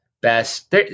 best